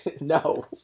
No